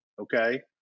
okay